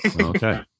Okay